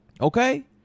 Okay